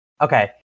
okay